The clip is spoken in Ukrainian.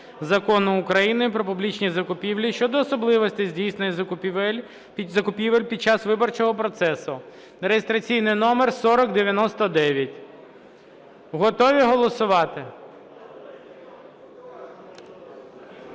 Закону України "Про публічні закупівлі" щодо особливостей здійснення закупівель під час виборчого процесу (реєстраційний номер 4099). Готові голосувати?